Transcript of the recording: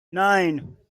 nine